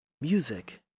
Music